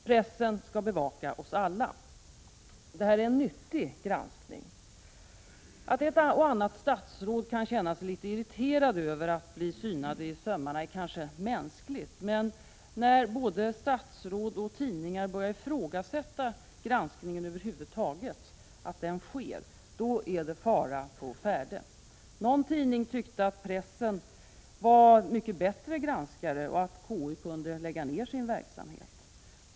Pressen bevakar oss alla. Det är en nyttig granskning. Att ett och annat statsråd kan känna sig litet irriterad över att bli synad i sömmarna är kanske mänskligt. Men när både statsråd och tidningar börjar ifrågasätta granskningen över huvud taget är det fara på färde. Någon tidning tyckte att pressen var mycket bättre som granskare och att KU kunde lägga ned sin verksamhet.